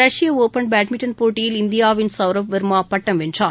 ரஷ்ய open badminton போட்டியில் இந்தியாவின் சவ்ரப் வர்மா பட்டம் வென்றார்